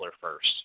first